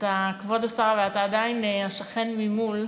אתה עדיין השכן ממול,